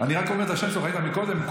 אני רק אומר את השם שלו, ראית קודם?